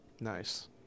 Nice